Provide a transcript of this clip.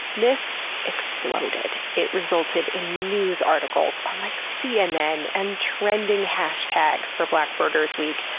this exploded! it resulted in news articles on, like, cnn, and trending hashtags for black birders week,